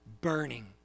burning